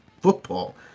football